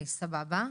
תודה.